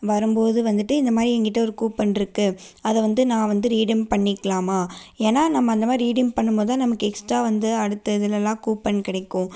வரும் போது வந்துட்டு இந்த மாதிரி ஏன்கிட்ட ஒரு கூப்பன் இருக்குது அதை வந்து நான் வந்து ரீடைம் பண்ணிக்கலாமா ஏன்னா நம்ம அந்த மாதிரி ரீடைம் பண்ணும் போது தான் நமக்கு எக்ஸ்ட்றா வந்து அடுத்த இதெலலாம் கூப்பன் கிடைக்கும்